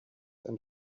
and